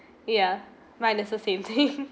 ya mine also same thing